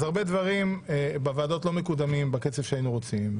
אז הרבה דברים בוועדות לא מקודמים בקצב שהיינו רוצים,